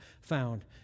found